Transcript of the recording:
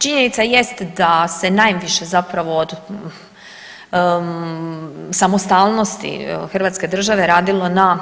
Činjenica jest da se najviše zapravo od samostalnosti hrvatske države radilo na